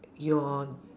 your